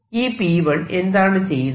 ഈ P1 എന്താണ് ചെയ്യുന്നത്